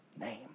name